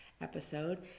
episode